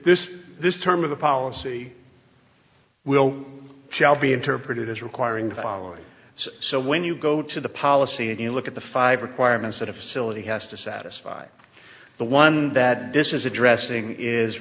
this this term of the policy will shall be interpreted as requiring the following so when you go to the policy and you look at the five requirements that a facility has to satisfy the one that this is addressing is